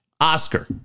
Oscar